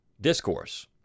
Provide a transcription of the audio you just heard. discourse